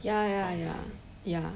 ya ya ya ya